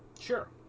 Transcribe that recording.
Sure